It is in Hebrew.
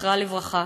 זכרה לברכה.